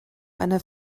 eine